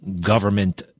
government